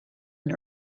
and